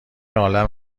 عالم